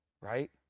right